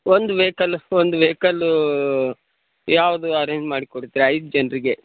ಒಂದು ವೆಹಿಕಲ್ ಒಂದು ವೆಹಿಕಲೂ ಯಾವುದು ಅರೇಂಜ್ ಮಾಡ್ಕೋಡ್ತಿರ ಐದು ಜನರಿಗೆ